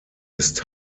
ist